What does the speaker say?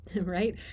right